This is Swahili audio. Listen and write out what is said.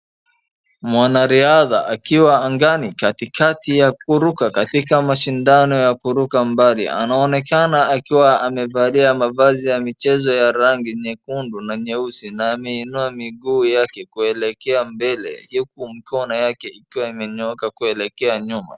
Mwanariadha akiwa angani katikati ya kuruka katika mashindano ya kuruka mbali. Anaonekana akiwa amevalia mavazi ya michezo ya rangi nyekundu na nyeusi na ameinua miguu yake kuelekea mbele huku mikono yake ikiwa imenyooka kuelekea nyuma.